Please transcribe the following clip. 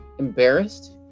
Embarrassed